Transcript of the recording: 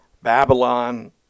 Babylon